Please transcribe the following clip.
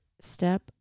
step